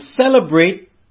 celebrate